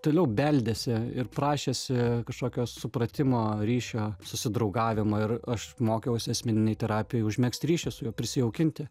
toliau beldėsi ir prašėsi kažkokio supratimo ryšio susidraugavimo ir aš mokiausi asmeninėj terapijoj užmegzti ryšį su juo prisijaukinti